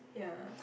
yeah